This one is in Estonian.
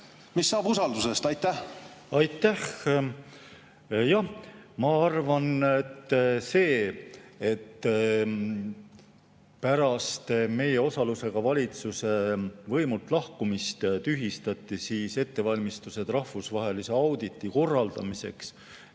Mis saab usaldusest? Aitäh! Jah! Ma arvan, et see, et pärast meie osalusega valitsuse võimult lahkumist tühistati ettevalmistused rahvusvahelise auditi korraldamiseks,